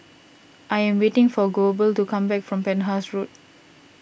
I am waiting for Goebel to come back from Penhas Road